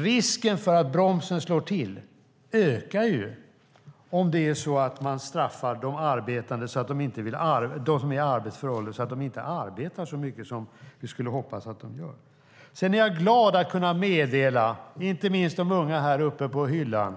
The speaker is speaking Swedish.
Risken för att bromsen slår till ökar om man straffar dem som är i arbetsför ålder så att de inte arbetar så mycket som vi skulle hoppas att de gör. Sedan är jag glad att kunna meddela, inte minst de unga uppe på åhörarläktaren,